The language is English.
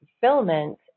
fulfillment